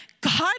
God